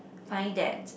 find that